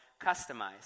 customized